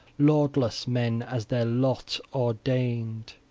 lordless men, as their lot ordained.